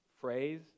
phrase